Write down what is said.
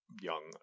young